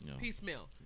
piecemeal